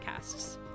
podcasts